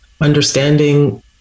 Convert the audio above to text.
understanding